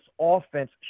offense